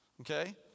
Okay